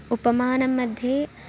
उपमानम् मध्ये